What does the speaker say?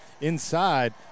inside